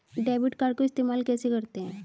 Debit card को इस्तेमाल कैसे करते हैं?